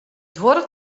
duorret